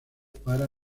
para